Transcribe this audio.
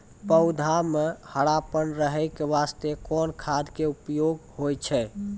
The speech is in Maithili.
पौधा म हरापन रहै के बास्ते कोन खाद के उपयोग होय छै?